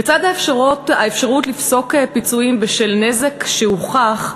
לצד האפשרות לפסוק פיצויים בשל נזק שהוכח,